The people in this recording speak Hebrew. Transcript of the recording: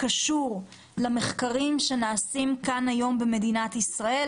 שקשור במחקרים שנעשים כאן היום במדינת ישראל.